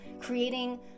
creating